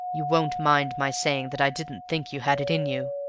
you won't mind my saying that i didn't think you had it in you.